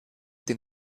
den